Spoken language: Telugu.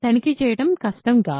తనిఖీ చేయడం కష్టం కాదు